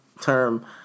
term